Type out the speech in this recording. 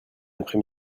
après